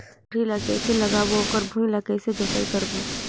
जोणी ला कइसे लगाबो ओकर भुईं ला कइसे जोताई करबो?